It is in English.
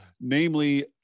namely